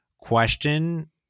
question